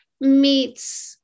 meets